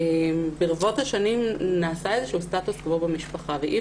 ברבות השנים נעשה איזשהו סטטוס-קוו במשפחה ואי